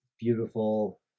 beautiful